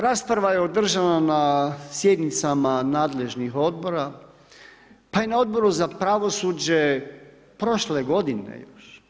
Rasprava je održana na sjednicama nadležnih odbora pa i na Odboru za pravosuđe prošle godine još.